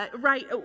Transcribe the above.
right